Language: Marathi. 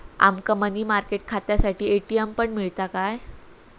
आमका मनी मार्केट खात्यासाठी ए.टी.एम पण मिळता काय?